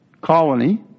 colony